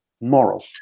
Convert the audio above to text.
moral